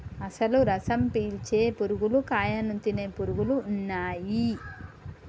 అసలు రసం పీల్చే పురుగులు కాయను తినే పురుగులు ఉన్నయ్యి